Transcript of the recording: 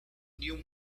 new